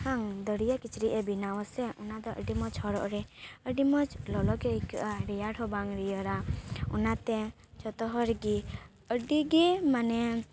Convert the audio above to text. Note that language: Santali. ᱦᱟᱝ ᱫᱟᱲᱭᱟᱹ ᱠᱤᱪᱨᱤᱡ ᱮ ᱵᱮᱱᱟᱣᱟ ᱥᱮ ᱚᱱᱟ ᱫᱚ ᱟᱹᱰᱤ ᱢᱚᱡᱽ ᱦᱚᱨᱚᱜ ᱨᱮ ᱟᱹᱰᱤ ᱢᱚᱡᱽ ᱞᱚᱞᱚ ᱜᱮ ᱟᱹᱭᱠᱟᱹᱜᱼᱟ ᱨᱮᱭᱟᱲ ᱦᱚᱸ ᱵᱟᱝ ᱨᱮᱭᱟᱲᱟ ᱚᱱᱟᱛᱮ ᱡᱚᱛᱚ ᱦᱚᱲ ᱜᱮ ᱟᱹᱰᱤ ᱜᱮ ᱢᱟᱱᱮ